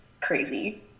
crazy